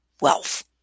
wealth